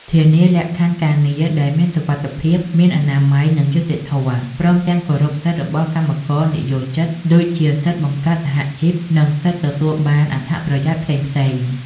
ធានាលក្ខខណ្ឌការងារដែលមានសុវត្ថិភាព មានអនាម័យ និងយុត្តិធម៌ ព្រមទាំងគោរពសិទ្ធិរបស់កម្មករនិយោជិត ដូចជាសិទ្ធិបង្កើតសហជីព និងសិទ្ធិទទួលបានអត្ថប្រយោជន៍ផ្សេងៗ ។